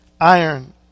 iron